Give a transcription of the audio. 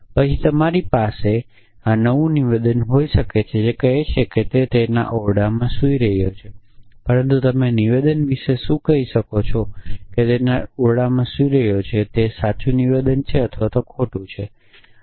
અને પછી તમારી પાસે નવું નિવેદન હોઈ શકે છે જે કહે છે કે તે તેના ઓરડામાં સૂઈ રહ્યો છે પરંતુ તમે નિવેદન વિશે શું કહી શકો કે તે તેના રૂમમાં સૂઈ રહ્યો છે તે છે તે સાચું નિવેદન અથવા ખોટું નિવેદન છે